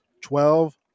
Twelve